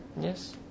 Yes